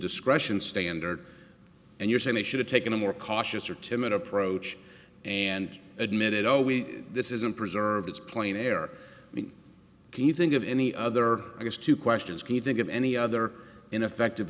discretion standard and you're saying they should have taken a more cautious or timid approach and admitted oh we this isn't preserved it's plain air can you think of any other i guess two questions can you think of any other ineffective